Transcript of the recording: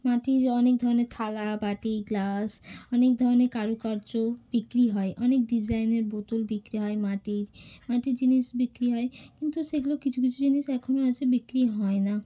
মাটির অনেক ধরনের থালা বাটি গ্লাস অনেক ধরনের কারুকার্য বিক্রি হয় অনেক ডিজাইনের বোতল বিক্রি হয় মাটির মাটির জিনিস বিক্রি হয় কিন্তু সেগুলো কিছু কিছু জিনিস এখনও আসে বিক্রি হয় না